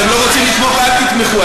אתם לא רוצים לתמוך, אל תתמכו.